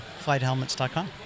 FlightHelmets.com